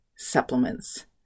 Supplements